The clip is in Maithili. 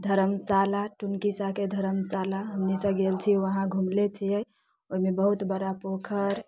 धर्मशाला टुनकिसाहके धर्मशाला गेल छी उहाँ घुमले छियै ओइमे बहुत बड़ा पोखरि